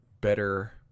better